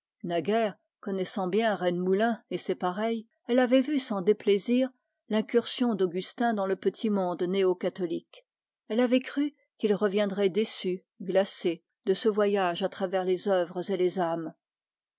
naguère connaissant bien rennemoulin et ses pareils elle avait vu sans déplaisir l'incursion d'augustin dans le petit monde néo catholique elle avait cru qu'il reviendrait déçu de ce voyage à travers les œuvres et les âmes